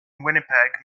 winnipeg